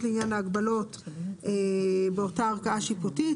לעניין ההגבלות באותה ערכאה שיפוטית.